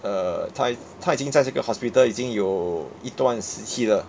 err 他他已经在这个 hospital 已经有一段时期了